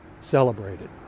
celebrated